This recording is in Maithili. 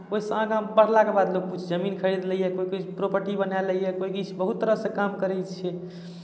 ओहिसँ आगाँ बढ़लाके बाद लोक जमीन खरीद लैए कोइ प्रॉपर्टी बना लैए कोइ किछु बहुत तरहसँ काम करैत छियै